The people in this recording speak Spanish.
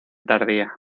tardía